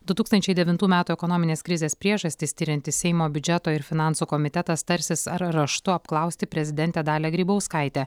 du tūkstančiai devintų metų ekonominės krizės priežastis tiriantis seimo biudžeto ir finansų komitetas tarsis ar raštu apklausti prezidentę dalią grybauskaitę